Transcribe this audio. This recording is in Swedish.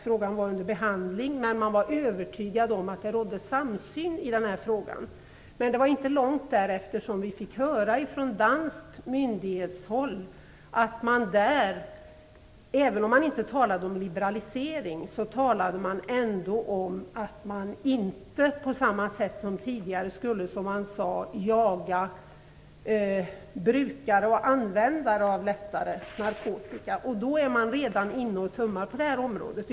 Frågan var under behandling, men man var övertygad om att det rådde samsyn i denna fråga. Det var inte långt därefter som vi fick höra från danskt myndighetshåll att man där inte på samma sätt som tidigare skulle, som man sade, jaga brukare och användare av lättare narkotika, även om man inte talade om liberalisering. Då är man redan inne och tummar på detta område.